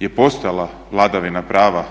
je postala vladavina prava